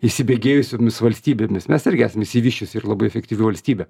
įsibėgėjusiomis valstybėmis mes irgi esam išsivysčiusi ir labai efektyvi valstybė